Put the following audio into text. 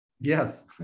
Yes